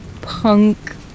punk